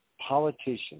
Politicians